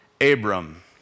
Abram